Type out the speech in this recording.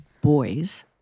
boys